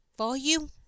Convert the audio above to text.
Volume